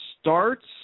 starts